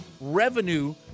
revenue